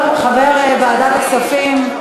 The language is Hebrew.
טוב, חבר ועדת הכספים,